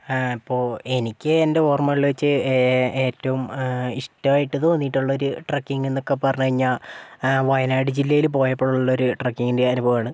അപ്പോൾ എനിക്ക് എൻ്റെ ഓർമ്മകളിൽ വെച്ച് ഏറ്റവും ഇഷ്ടം ആയിട്ട് തോന്നിട്ടുള്ള ഒരു ട്രക്കിംഗ് എന്ന് ഒക്കെ പറഞ്ഞ് കഴിഞ്ഞാൽ വയനാട് ജില്ലയിൽ പോയപ്പോഴുള്ളൊരു ട്രക്കിങ്ങിൻറ്റെ അനുഭവമാണ്